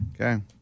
Okay